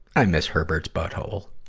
i miss herbert's butthole.